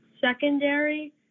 Secondary